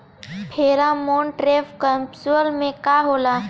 Pheromone trap capsule में का होला?